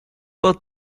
but